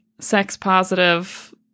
sex-positive